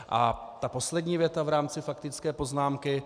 A poslední věta v rámci faktické poznámky.